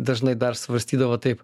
dažnai dar svarstydavo taip